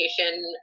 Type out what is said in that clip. education